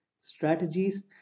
strategies